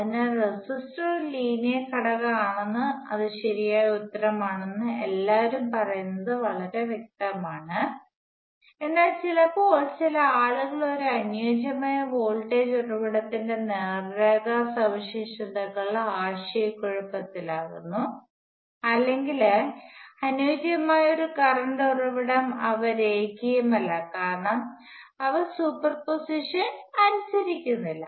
അതിനാൽ റെസിസ്റ്റർ ഒരു ലീനിയർ ഘടകം ആണെന്ന് അത് ശരിയായ ഉത്തരമാണെന്നും എല്ലാവരും പറയുന്നത് വളരെ വ്യക്തമാണ് എന്നാൽ ചിലപ്പോൾ ചില ആളുകൾ ഒരു അനുയോജ്യമായ വോൾട്ടേജ് ഉറവിടത്തിന്റെ നേർരേഖാ സവിശേഷതകളാൽ ആശയക്കുഴപ്പത്തിലാകുന്നു അല്ലെങ്കിൽ അനുയോജ്യമായ ഒരു കറണ്ട് ഉറവിടം അവ രേഖീയമല്ല കാരണം അവ സൂപ്പർപോസിഷൻ അനുസരിക്കുന്നില്ല